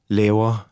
laver